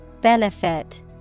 Benefit